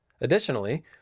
Additionally